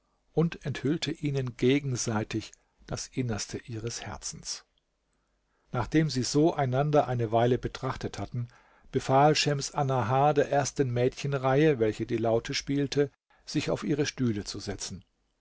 und enthüllte ihnen gegenseitig das innerste ihres herzens nachdem sie so einander eine weile betrachtet hatten befahl schems annahar der ersten mädchenreihe welche die laute spielte sich auf ihre stühle zu setzen